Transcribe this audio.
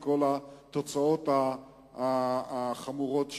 עם כל התוצאות החמורות שהיו.